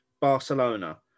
Barcelona